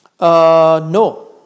No